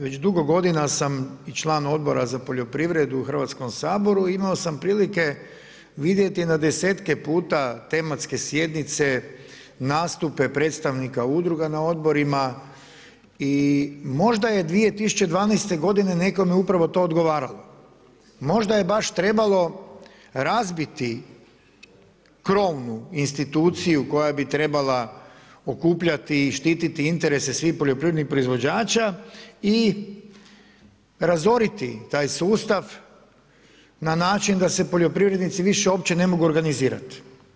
Već dugo godina sam i član Odbora za poljoprivredu u Hrvatskom saboru i imao sam prilike vidjeti na desetke puta tematske sjednice, nastupe predstavnika udruga na odborima i možda je 2012. godine nekome upravo to odgovaralo, možda je baš trebalo razbiti krovnu instituciju koja bi trebala okupljati i štititi interese svih poljoprivrednih proizvođača i razoriti taj sustav na način da se poljoprivrednici ne mogu više uopće organizirati.